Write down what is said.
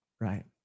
Right